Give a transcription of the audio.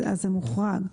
זה מוחרג.